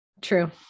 True